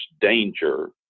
danger